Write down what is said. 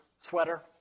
sweater